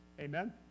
Amen